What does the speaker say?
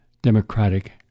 democratic